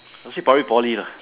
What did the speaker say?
I would say Republic Poly lah